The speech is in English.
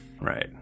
Right